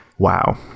wow